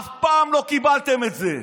אף פעם לא קיבלתם את זה.